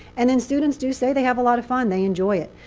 and then students do say they have a lot of fun. they enjoy it.